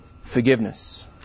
forgiveness